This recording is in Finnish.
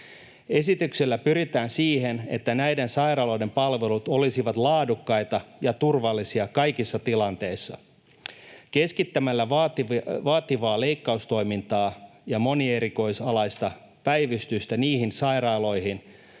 Esityksellä pyritään siihen, että näiden sairaaloiden palvelut olisivat laadukkaita ja turvallisia kaikissa tilanteissa. Keskittämällä vaativaa leikkaustoimintaa ja monierikoisalaista päivystystä niihin sairaaloihin,